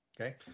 okay